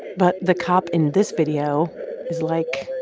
but the cop in this video is like,